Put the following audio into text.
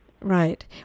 right